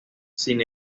sin